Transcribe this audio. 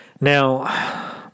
Now